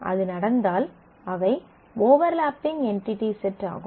அது நடந்தால் அவை ஓவர்லாப்பிங் என்டிடி செட் ஆகும்